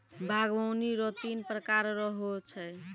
बागवानी रो तीन प्रकार रो हो छै